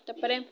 ତା'ପରେ